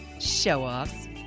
Show-offs